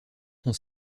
son